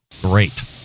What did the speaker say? Great